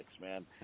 man